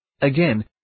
Again